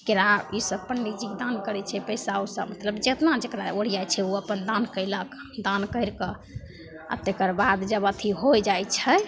केराव ईसब अपन एहि जिग दान करै छै पइसा वइसा मतलब जतना जकरा ओरिआइ छै ओ अपन दान कएलक दान करिके तकर बाद जब अथी होइ जाइ छै